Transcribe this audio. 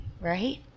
right